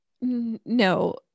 No